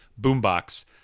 boombox